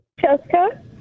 Jessica